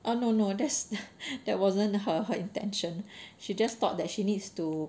oh no no there's that wasn't her her intention she just thought that she needs to